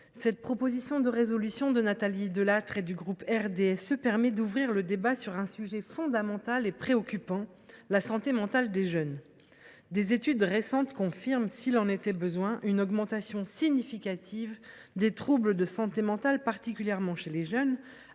la proposition de résolution de Nathalie Delattre et du RDSE permet d’ouvrir le débat sur un sujet fondamental et préoccupant : la santé mentale des jeunes. Des études récentes confirment, s’il en était besoin, une augmentation significative des troubles de santé mentale, particulièrement chez les jeunes,